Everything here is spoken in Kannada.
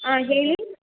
ಆಂ ಹೇಳಿ